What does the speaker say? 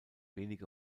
wenige